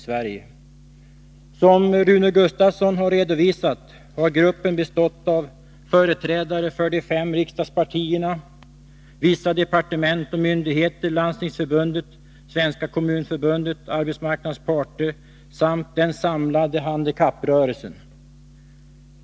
Som Rune Gustavsson har redovisat har gruppen bestått av företrädare för de fem riksdagspartierna, vissa departement och myndigheter, Landstingsförbundet, Svenska kommunförbundet, arbetsmarknadens parter samt den samlade handikapprörelsen.